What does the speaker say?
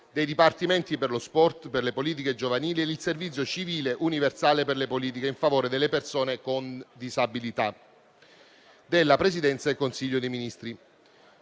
dei Dipartimenti per lo sport, per le politiche giovanili e il servizio civile universale e per le politiche in favore delle persone con disabilità